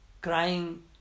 Crying